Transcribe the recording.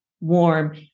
warm